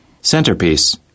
Centerpiece